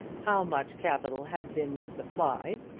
how much capital had been misapplied,